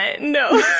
No